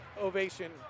ovation